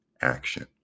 action